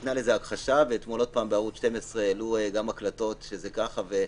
ניתנה לזה הכחשה ועוד פעם בערוץ 12 העלו גם הקלטות שזה ככה.